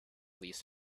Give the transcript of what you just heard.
these